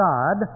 God